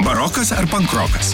barokas ar pankrokas